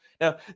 Now